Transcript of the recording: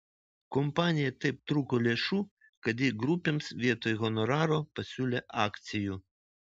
kompanijai taip trūko lėšų kad ji grupėms vietoj honoraro pasiūlė akcijų